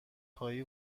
خواهی